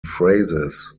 phrases